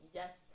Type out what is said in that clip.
yes